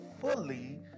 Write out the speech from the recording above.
fully